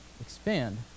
Expand